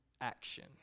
action